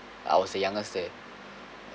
I was the youngest there